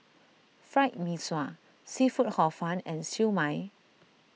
Fried Mee Sua Seafood Hor Fun and Siew Mai